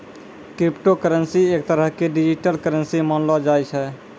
crypto currency एक तरह के डिजिटल करन्सी मानलो जाय छै